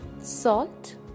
salt